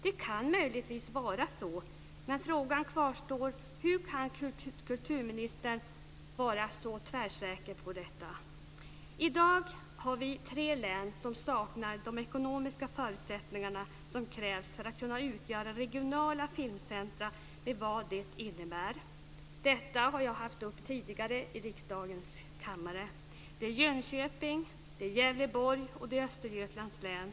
Det kan möjligtvis vara så, men frågan kvarstår: Hur kan kulturministern vara så tvärsäker på detta? I dag har vi tre län som saknar de ekonomiska förutsättningar som krävs för att man ska kunna upprätta regionala filmcentrum med allt vad det innebär. Jag har tagit upp detta tidigare i riksdagens kammare. Det är Jönköpings, Gävleborgs och Östergötlands län.